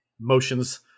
Motions